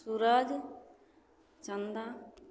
सूरज चन्दा